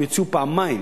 הם יוציאו פעמיים,